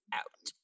out